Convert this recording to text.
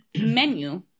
menu